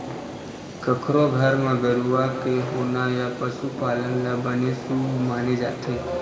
कखरो घर म गरूवा के होना या पशु पालन ल बने शुभ माने जाथे